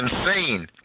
insane